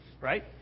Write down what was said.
Right